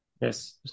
Yes